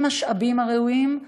עם המשאבים הראויים,